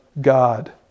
God